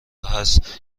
هست